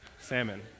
Salmon